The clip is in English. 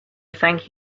thank